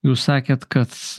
jūs sakėt kad